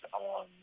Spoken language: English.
on